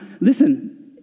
listen